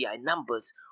numbers